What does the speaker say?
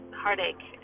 heartache